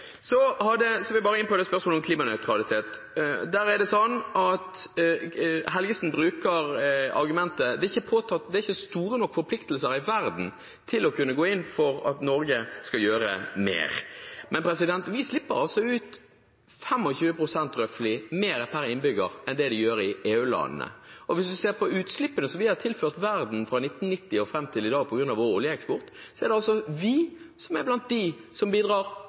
Så vil jeg bare inn på spørsmålet om klimanøytralitet. Der er det sånn at Helgesen bruker argumentet: Det er ikke store nok forpliktelser i verden til å kunne gå inn for at Norge skal gjøre mer. Men vi slipper ut røflig 25 pst. mer per innbygger enn det de gjør i EU-landene. Og hvis man ser på utslippene som vi har tilført verden fra 1990 og fram til i dag på grunn av vår oljeeksport, er det vi som er blant dem som bidrar